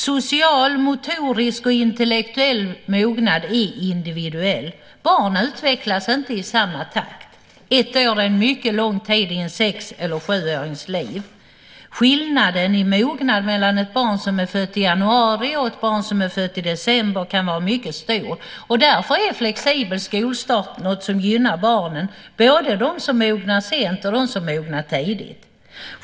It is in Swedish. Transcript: Social, motorisk och intellektuell mognad är individuell. Barn utvecklas inte i samma takt. Ett år är en mycket lång tid i en sex eller sjuårings liv. Skillnaden i mognad mellan ett barn som är fött i januari och ett barn som är fött i december kan vara mycket stor. Därför är flexibel skolstart något som gynnar barnen, både dem som mognar sent och dem som mognar tidigt.